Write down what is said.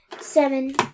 Seven